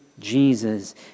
Jesus